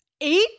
eight